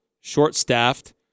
short-staffed